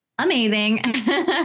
Amazing